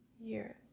years